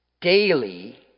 daily